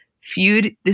feud